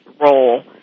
role